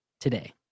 today